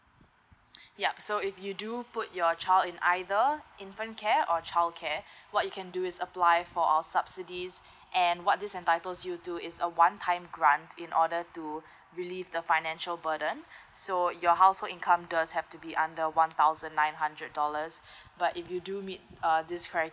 yup so if you do put your child in either infant care or childcare what you can do is apply for our subsidies and what this entitles you to is a one time grant in order to relieve the financial burden so your household income does have to be under one thousand nine hundred dollars but if you do meet uh this criteria